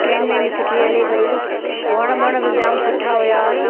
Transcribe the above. train में बि सुठी हले पइ वण बण बि जाम सुठा हुया